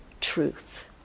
truth